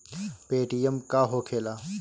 Paytm का होखेला?